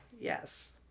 yes